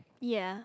ya